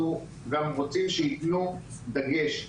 אנחנו גם רוצים שיתנו דגש,